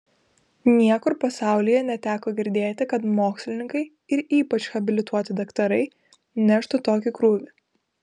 niekur pasaulyje neteko girdėti kad mokslininkai ir ypač habilituoti daktarai neštų tokį krūvį